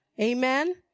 Amen